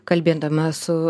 kalbėdama su